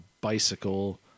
bicycle